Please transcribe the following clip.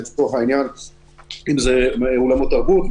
אם זה אולמות תרבות,